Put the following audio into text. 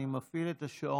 אני מפעיל את השעון.